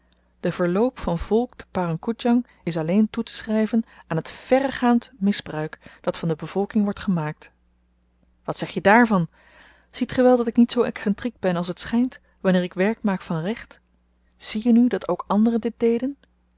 de verloop van volk te parang koedjang is alleen toeteschryven aan het verregaand misbruik dat van de bevolking wordt gemaakt wat zegje dààrvan ziet ge wel dat ik niet zoo excentriek ben als t schynt wanneer ik werk maak van recht zie je nu dat ook anderen dit deden